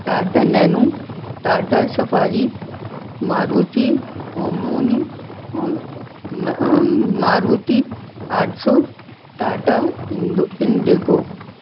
Tata Nano Tata Safari Maruti Omni Maruti آٹھ سو Tata Indigo